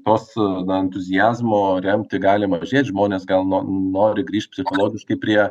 tos na entuziasmo remti galima žiūrėt žmonės gal nori grįžt psichologiškai prie